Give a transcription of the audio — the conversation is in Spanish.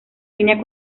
línea